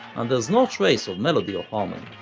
and there's no trace of melody or harmony.